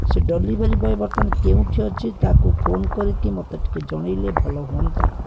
ସେ delivery boy ବର୍ତ୍ତମାନ କେଉଁଠି ଅଛି ତାକୁ ଫୋନ୍ କରିକି ମୋତେ ଟିକିଏ ଜଣାଇଲେ ଭଲ ହୁଅନ୍ତା